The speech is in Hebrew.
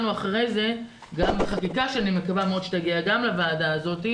אחרי זה גם בחקיקה שאני מאוד מקווה שתגיע גם לוועדה הזאת,